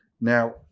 Now